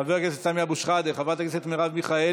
חבר הכנסת סמי אבו שחאדה, חברת הכנסת מרב מיכאלי,